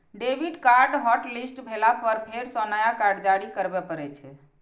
debit card hotlist भेला पर फेर सं नया कार्ड जारी करबे पड़ै छै